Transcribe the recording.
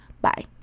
bye